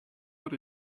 got